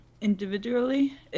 individually